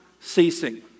ceasing